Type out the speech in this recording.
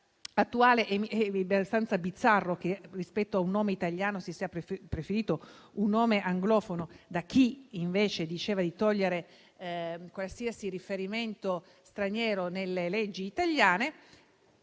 mi pare abbastanza bizzarro che, rispetto a un nome italiano, si sia preferito un nome anglofono da parte di chi diceva invece di voler togliere qualsiasi riferimento straniero nelle leggi italiane.